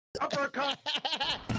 uppercut